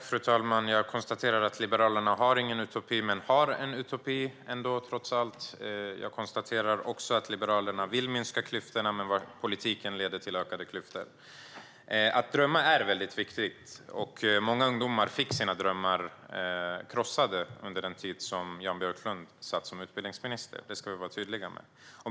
Fru talman! Jag konstaterar att Liberalerna inte har någon utopi men trots allt har en utopi. Jag konstaterar också att Liberalerna vill minska klyftorna men att politiken leder till ökade klyftor. Att drömma är väldigt viktigt, och många ungdomar fick sina drömmar krossade under den tid som Jan Björklund satt som utbildningsminister. Det ska vi vara tydliga med.